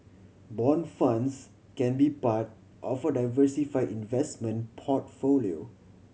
bond funds can be part of a diversify investment portfolio